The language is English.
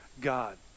God